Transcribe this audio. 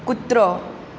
कुत्रो